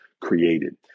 created